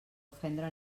ofendre